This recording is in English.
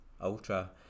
ultra